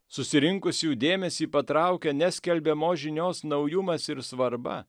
susirinkusiųjų dėmesį patraukia ne skelbiamos žinios naujumas ir svarba